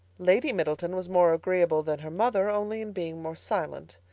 lady middleton was more agreeable than her mother only in being more silent.